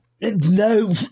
No